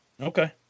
Okay